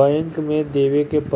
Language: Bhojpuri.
बैंक के देवे के पड़ेला